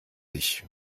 ich